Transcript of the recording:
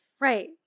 right